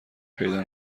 پیدا